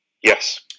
Yes